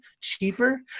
cheaper